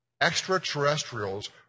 extraterrestrials